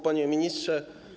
Panie Ministrze!